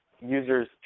users